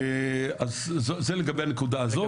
אז זה לגבי הנקודה הזאת.